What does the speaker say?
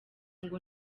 ngo